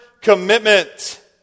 commitment